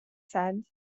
said